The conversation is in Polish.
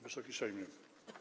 Wysoki Sejmie!